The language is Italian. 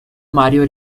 mario